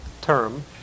term